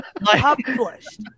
published